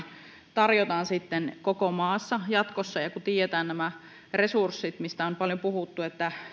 tarjotaan sitten koko maassa jatkossa ja kun tiedetään nämä resurssit mistä on paljon puhuttu että